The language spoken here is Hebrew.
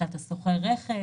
כשאתה שוכר רכב,